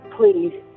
please